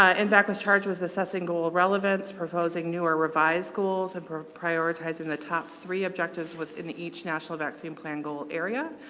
ah and charged with assessing goal relevance, proposing new or revised goals, and prioritizing the top three objectives within each national vaccine plan goal area,